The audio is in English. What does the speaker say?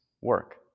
work